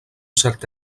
cert